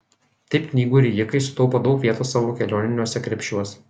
taip knygų rijikai sutaupo daug vietos savo kelioniniuose krepšiuos